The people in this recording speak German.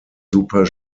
super